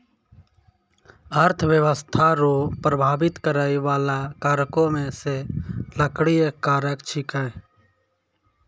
अर्थव्यस्था रो प्रभाबित करै बाला कारको मे से लकड़ी एक कारक छिकै